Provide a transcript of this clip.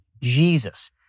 Jesus